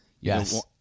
yes